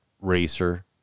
racer